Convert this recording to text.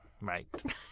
Right